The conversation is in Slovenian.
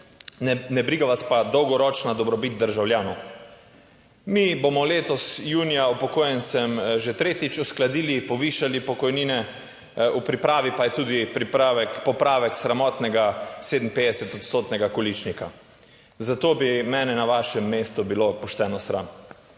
ne briga vas pa dolgoročna dobrobit državljanov. Mi bomo letos junija upokojencem že tretjič uskladili, povišali pokojnine, v pripravi pa je tudi pripravek, popravek sramotnega 57 odstotnega količnika, zato bi mene na vašem mestu bilo pošteno sram.